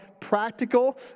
practical